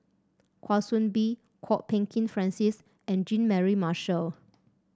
Kwa Soon Bee Kwok Peng Kin Francis and Jean Mary Marshall